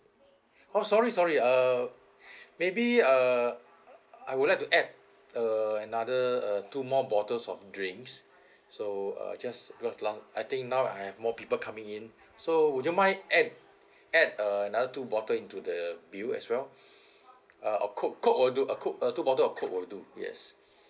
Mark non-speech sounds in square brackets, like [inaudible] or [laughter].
oh sorry sorry err maybe err I would like to add err another uh two more bottles of drinks so uh just because last I think now I have more people coming in so would you mind add add uh another two bottle into the bill as well [breath] uh or coke coke will do uh coke uh two bottle of coke would do yes